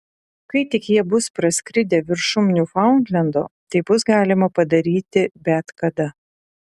kai tik jie bus praskridę viršum niufaundlendo tai bus galima padaryti bet kada